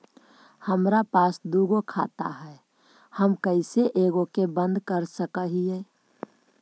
हमरा पास दु गो खाता हैं, हम कैसे एगो के बंद कर सक हिय?